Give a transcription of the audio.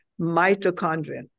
mitochondria